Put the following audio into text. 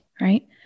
right